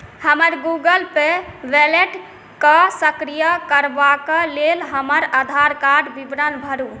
हमर Google Pay वैलेटके सक्रिय करबाके लेल हमर आधारकार्डके विवरण भरू